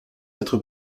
être